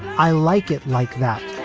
i like it like that,